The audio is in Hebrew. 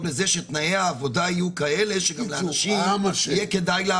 לזה שתנאי העבודה יהיו כאלה שלאנשים יהיה כדאי לעבוד?